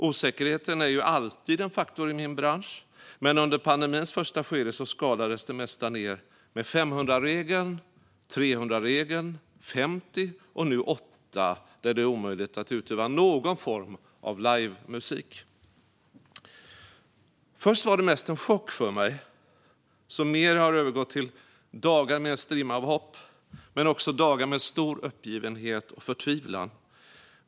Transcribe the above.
Osäkerheten är ju alltid en faktor i min bransch, men under pandemins första skede så skalades det mesta ner med 500-regeln, 300-regeln 50 och nu 8 där det är omöjligt att utöva någon form av livemusik. Först var det mest en chock för mig som mer har övergått till dagar med en strimma av hopp men också dagar med stor uppgivenhet och förtvivlan.